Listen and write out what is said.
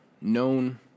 known